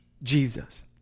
Jesus